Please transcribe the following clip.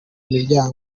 imiryango